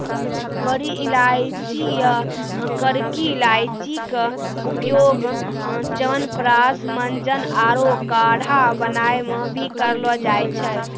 बड़ी इलायची या करकी इलायची के उपयोग च्यवनप्राश, मंजन आरो काढ़ा बनाय मॅ भी करलो जाय छै